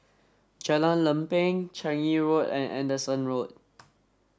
Jalan Lempeng Changi Road and Anderson Road